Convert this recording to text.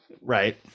Right